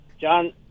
John